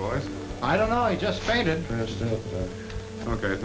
or i don't know i just find it interesting